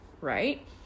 right